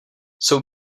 jsou